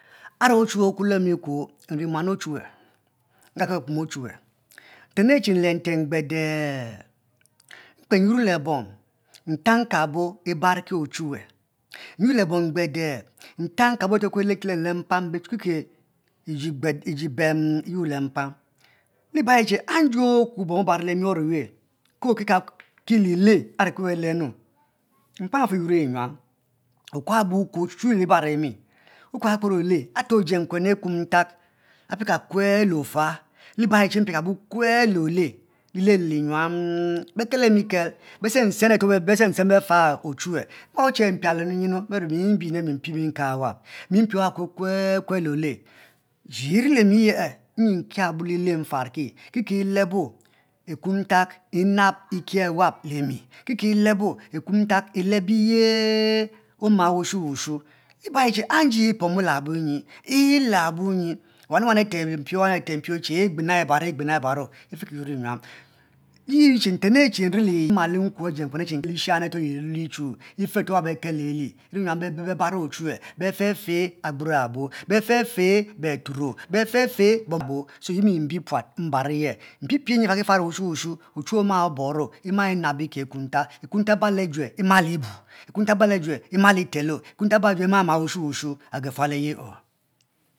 Are ochuwue okule mi kuo, mi ri muan ochuwue nka ki befom ochuwue nten eche mi le nten gbede mkpe nyuoro le bom, ntanke abo ibano ochuwue nyuor le bom gbede ntanke abo are ki beleki le mpam kike iji bbam iyuor le mpam li ji ayi che nde okuo bom obano le mior eyue ke oke ka bole ley are ke belenu mpam afe yuorro nyuam okuabo kuo chuli ibano mi, okper abo kper ole areto ajenkuen ekun tact apia ka kue le ofa aba ayche mpia kabo kue le ole ley ali nyuam bekelemi kel besensen are be sen befa ochuwue nue mpia linu nyinu berue mi mbi yin ayi mi mpie nka wab mi mpie ewah kue kue kue le oley yi ri le mi yiye eh nyi nkibo li ley mfaki kiki lebo ekumta inab ekiabo lemi ki ki lebo ekum tack elebiyi oma wushu wushu liba ayi che nde ilabo nyi, wanu wanu atel mpi ohe che egbena ebarro gbena ibarro ifiki yuora nyuam yiche nten e che iri le yi mmal nkubo ajenkuen lishani ayi mu echu ife areto wab bekelo li iri nyuam be barrow ochuwue befefe agbaro ahabo befefe betuo befefe so yi mi mbi puat ibaro ye mpie pie ifaki wushu ochuwue omabome emmal nab e ki kue ekuntals ekuntals aba lejue malo inab ekumtals abang lejue emalo etelo ekumtals abang lejue ma ma wushu wushu afuale yioo